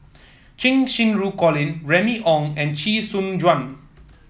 Cheng Xinru Colin Remy Ong and Chee Soon Juan